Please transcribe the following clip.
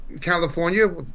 California